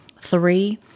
Three